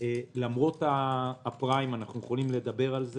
למרות הפריים שאנחנו יכולים לדבר עליו